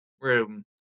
room